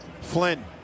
Flynn